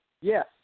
Yes